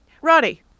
Roddy